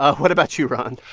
ah what about you, ron?